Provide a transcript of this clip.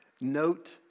note